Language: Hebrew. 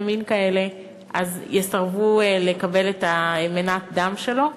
מין כאלה יסרבו לקבל את מנת הדם שלו?